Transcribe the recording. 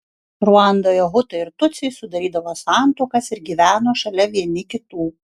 ruandoje hutai ir tutsiai sudarydavo santuokas ir gyveno šalia vieni kitų